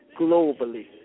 globally